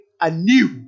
anew